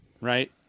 right